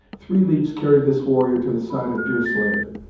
three leaps carried this warrior to the side of deerslayer,